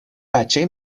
بچه